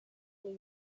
blue